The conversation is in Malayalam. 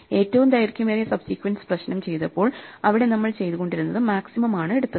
ഏറ്റവും ദൈർഘ്യമേറിയ സബ് സീക്വൻസ് പ്രശ്നം ചെയ്തപ്പോൾ അവിടെ നമ്മൾ ചെയ്തുകൊണ്ടിരുന്നത് മാക്സിമം ആണ് എടുത്തത്